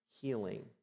healing